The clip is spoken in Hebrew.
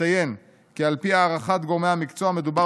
אציין כי על פי הערכת גורמי המקצוע מדובר